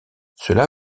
cela